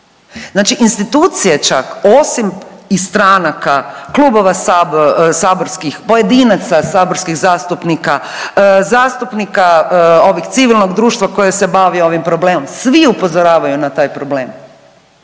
Znači institucije čak osim i stranaka, klubova saborskih, pojedinaca saborskih zastupnika, zastupnika ovih civilnog društva koje se bavi ovim problemom, svi upozoravaju na taj problem,